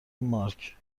مارک